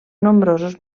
nombrosos